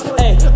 hey